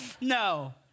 No